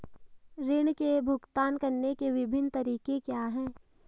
ऋृण के भुगतान करने के विभिन्न तरीके क्या हैं?